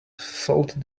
sold